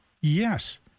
Yes